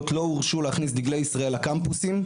לא הורשו להכניס דגלי ישראל לקמפוסים.